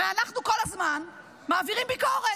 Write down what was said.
הרי אנחנו כל הזמן מעבירים ביקורת.